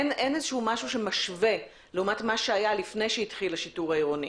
אין משהו שמשווה לעומת מה שהיה לפני שהתחיל השיטור העירוני.